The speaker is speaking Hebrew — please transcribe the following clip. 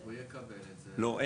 הוא יקבל את זה --- איך?